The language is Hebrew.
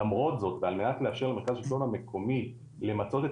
למרות זאת ועל מנת לאפשר למרכז השילטון המקומי למצות את